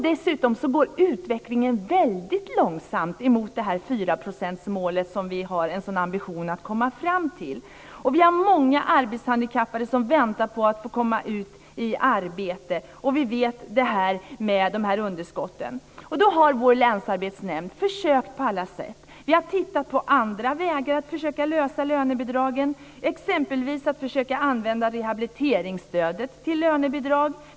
Dessutom går utvecklingen väldigt långsamt mot 4-procentsmålet, som vi har som ambition att komma fram till. Vi har många arbetshandikappade som väntar på att få komma ut i arbete, och vi känner till underskotten. Vår länsarbetsnämnd har försökt på alla sätt. Vi har tittat på andra vägar att försöka lösa problemet med lönebidragen, exempelvis att försöka använda rehabiliteringsstödet till lönebidrag.